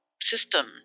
system